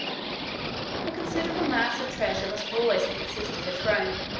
a considerable mass of treasure must always have existed at rome,